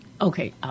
Okay